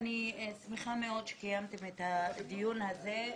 מאוד שקיימתם את הדיון הזה.